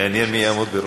מעניין מי יעמוד בראשה.